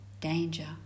danger